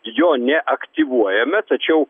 jo neaktyvuojame tačiau